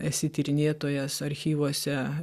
esi tyrinėtojas archyvuose